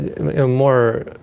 more